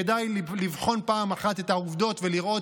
כדאי לבחון פעם אחת את העובדות ולראות